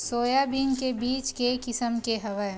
Soybean के बीज के किसम के हवय?